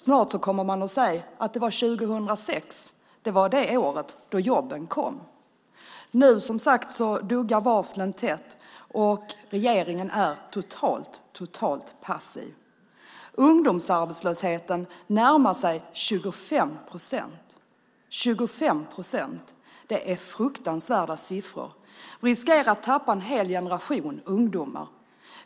Snart kommer man att säga att 2006 var det år då jobben kom. Nu, som sagt, duggar varslen tätt och regeringen är totalt passiv. Ungdomsarbetslösheten närmar sig 25 procent. 25 procent är en fruktansvärd siffra. Vi riskerar att tappa en hel generation ungdomar.